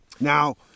Now